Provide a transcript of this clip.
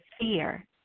fear